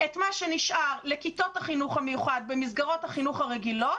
את מה שנשאר נותנים לכיתות החינוך המיוחד במסגרות החינוך הרגילות,